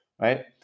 right